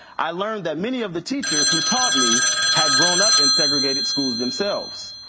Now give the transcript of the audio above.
i learned that many of the teachers who taught me had grown up in segregated schools themselves.